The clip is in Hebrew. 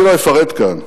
אני לא אפרט כאן.